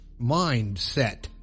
mindset